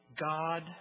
God